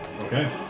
Okay